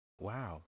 wow